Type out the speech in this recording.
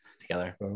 together